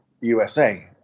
USA